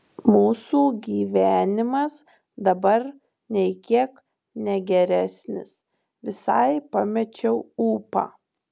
mūsų gyvenimas dabar nei kiek ne geresnis visai pamečiau ūpą